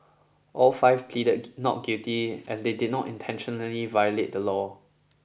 all five pleaded not guilty as they did not intentionally violate the law